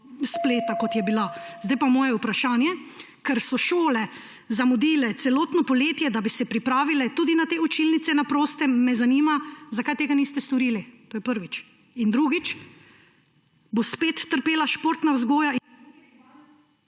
spleta, kot je bila. Zdaj pa moje vprašanje. Ker so šole zamudile celotno poletje, da bi se pripravile na učilnice na prostem, me zanima: Zakaj tega niste storili? Ali bo spet trpela športna vzgoja …/